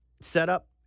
setup